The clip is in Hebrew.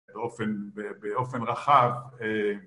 באופן רחב